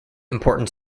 important